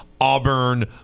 Auburn